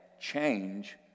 change